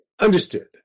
understood